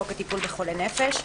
חוק טיפול בחולי נפש).